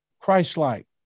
Christ-like